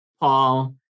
Paul